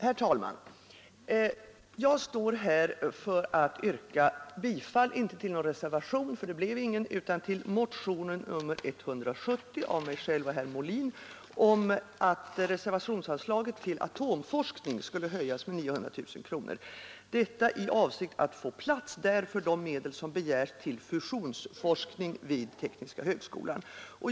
Herr talman! Jag står här för att yrka bifall, inte till någon reservation, för det blev det ingen, utan till motionen 170 av mig själv och herr Molin om. att reservationsanslaget Atomforskning skulle höjas med 900 000 kronor, detta i avsikt att få plats där för de medel som begärs till fusionsforskning vid tekniska högskolan.